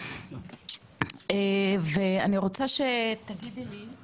ואני רוצה שתגידי לי,